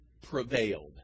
prevailed